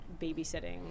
babysitting